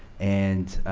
and